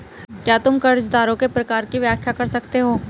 क्या तुम कर्जदारों के प्रकार की व्याख्या कर सकते हो?